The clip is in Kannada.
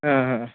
ಹಾಂ ಹಾಂ